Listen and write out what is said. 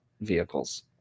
vehicles